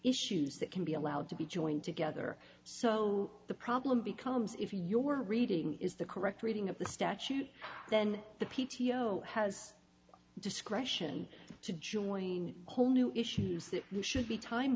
issues that can be allowed to be joined together so the problem becomes if your reading is the correct reading of the statute then the p t o has discretion to join in whole new issues that we should be time